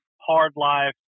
hard-life